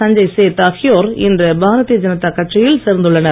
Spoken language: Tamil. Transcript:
சஞ்சய் சேத் ஆகியோர் இன்று பாரதீய ஜனதா கட்சியில் சேர்ந்துள்ளனர்